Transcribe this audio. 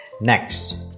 next